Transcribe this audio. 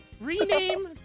rename